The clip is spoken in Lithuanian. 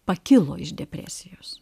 pakilo iš depresijos